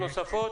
הערות נוספות?